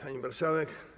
Pani Marszałek!